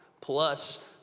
plus